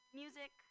music